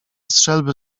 strzelby